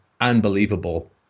unbelievable